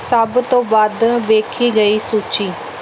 ਸਭ ਤੋਂ ਵੱਧ ਵੇਖੀ ਗਈ ਸੂਚੀ